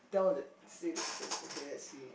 tell the save for is a K_F_C